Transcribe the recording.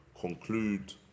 conclude